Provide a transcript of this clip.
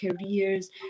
careers